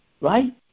Right